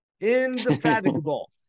indefatigable